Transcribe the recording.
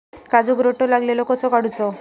काजूक रोटो लागलेलो कसो काडूचो?